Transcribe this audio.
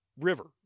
river